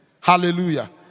Hallelujah